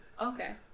Okay